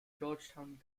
georgetown